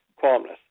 calmness